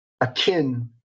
akin